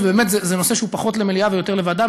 ובאמת זה נושא שהוא פחות למליאה ויותר לוועדה,